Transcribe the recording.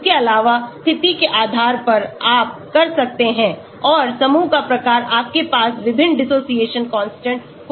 इसके अलावा स्थिति के आधार पर आप कर सकते हैं और समूह का प्रकार आपके पास विभिन्न dissociation constant हो सकते हैं